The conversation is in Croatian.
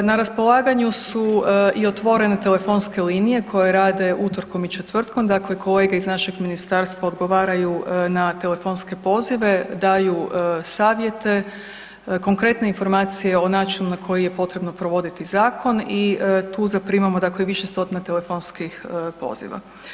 Na raspolaganju su i otvorene telefonske linije koje rade utorkom i četvrtkom, dakle kolege iz našeg ministarstva odgovaraju na telefonske pozive, daju savjete, konkretne informacije o načinu na koji je potrebno provoditi zakon i tu zaprimamo više stotina telefonskih poziva.